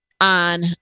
on